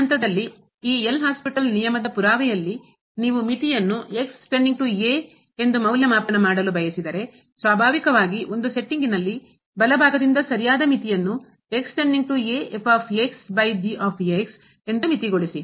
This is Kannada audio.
ಈ ಹಂತದಲ್ಲಿ ಈ ಎಲ್ ಹಾಸ್ಪಿಟಲ್ ನಿಯಮದ ಪುರಾವೆಯಲ್ಲಿ ನೀವು ಮಿತಿಯನ್ನುಎಂದು ಮೌಲ್ಯಮಾಪನ ಮಾಡಲು ಬಯಸಿದರೆ ಸ್ವಾಭಾವಿಕವಾಗಿ ಒಂದು ಸೆಟ್ಟಿಂಗ್ನಲ್ಲಿ ಬಲಭಾಗದಿಂದ ಸರಿಯಾದ ಮಿತಿಯನ್ನು ಎಂದು ಮಿತಿಗೊಳಿಸಿ